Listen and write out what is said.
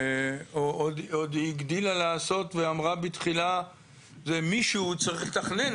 והיא עוד הגדילה לעשות ואמרה בתחילה שמישהו צריך לתכנן,